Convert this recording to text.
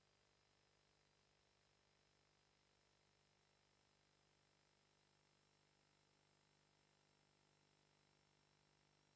Grazie